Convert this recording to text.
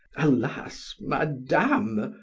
alas! madame,